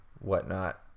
whatnot